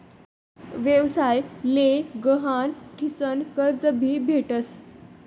व्यवसाय ले गहाण ठीसन कर्ज भी भेटस